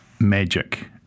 magic